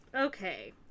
Okay